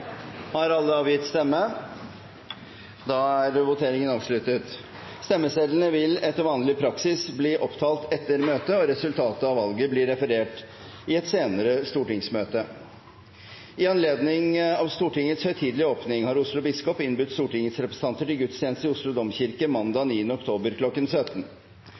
Har alle avgitt stemme? Da er voteringen avsluttet. Stemmesedlene vil etter vanlig praksis bli opptalt etter møtet, og resultatet av valget blir referert i et senere stortingsmøte. I anledning av Stortingets høytidelige åpning har Oslo biskop innbudt Stortingets representanter til gudstjeneste i Oslo domkirke mandag 9. oktober